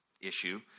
issue